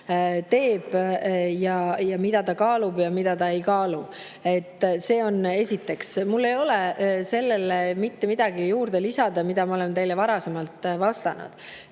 teeb ja mida ta kaalub ja mida ta ei kaalu. Seda esiteks. Mul ei ole sellele mitte midagi juurde lisada, mida ma olen teile varasemalt vastanud.